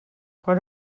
quan